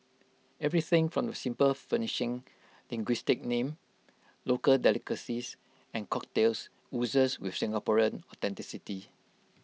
everything from the simple furnishing linguistic name local delicacies and cocktails oozes with Singaporean authenticity